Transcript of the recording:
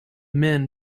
men